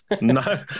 No